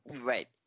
Right